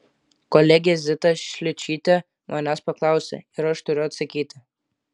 kolegė zita šličytė manęs paklausė ir aš turiu atsakyti